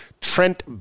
Trent